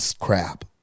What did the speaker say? crap